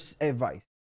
advice